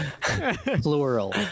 Plural